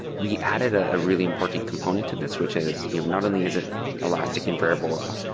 we added a really important component to this, which is you know not only is it elasticand invariable,